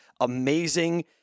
amazing